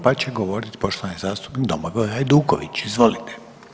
Pa će govoriti poštovani zastupnik Domagoj Hajduković, izvolite.